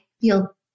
feel